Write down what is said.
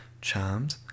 Charmed